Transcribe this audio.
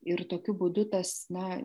ir tokiu būdu tas na